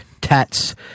tats